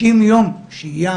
90 יום שהייה